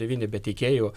devyni be teikėjų